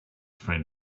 friend